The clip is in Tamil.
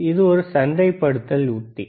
இது ஒரு சந்தைப்படுத்தல் உத்தி